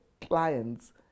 clients